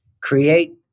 create